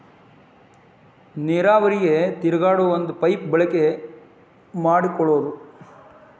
ನೇರಾವರಿಗೆ ತಿರುಗಾಡು ಒಂದ ಪೈಪ ಬಳಕೆ ಮಾಡಕೊಳುದು